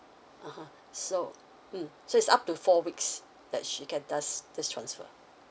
(uh huh) so mm so it's up to four weeks that she can does this transfer